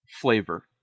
flavor